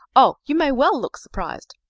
oh, you may well look surprised.